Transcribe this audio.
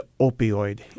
opioid